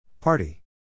Party